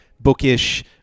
Bookish